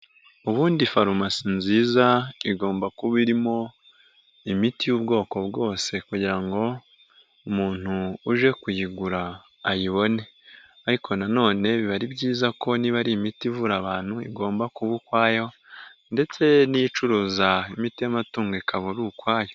Ubundi farumasi nziza igomba kuba irimo imiti y'ubwoko bwose, kugira ngo umuntu uje kuyigura ayibone. Ariko na none biba ari byiza ko niba ari imiti ivura abantu igomba kuba ukwayo, ndetse n'imiti y'amatungo ikaba iri ukwayo.